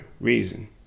reason